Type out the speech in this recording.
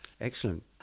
Excellent